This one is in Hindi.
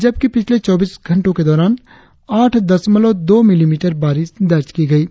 जबकि पिछले चौबीस घंटो के दौरान आठ धसमलव दो मिलीमीटर बारिस दर्ज की गई है